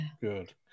good